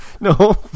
No